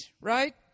right